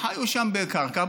חיו שם בקרקע,